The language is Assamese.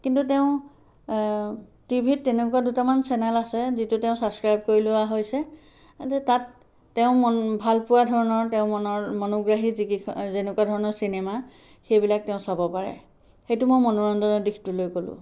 কিন্তু তেওঁ টিভিত তেনেকুৱা দুটামান চেনেল আছে যিটো তেওঁ ছাচক্ৰাইব কৰি লোৱা হৈছে তাত তেওঁ ভাল পোৱা ধৰণৰ তেওঁ মনোগ্ৰাহী যিকেইখন যেনেকুৱা ধৰণৰ চিনেমা সেইবিলাক তেওঁ চাব পাৰে সেইটো মই মনোৰঞ্জনৰ দিশটোলৈ ক'লোঁ